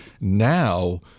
Now